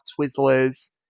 Twizzlers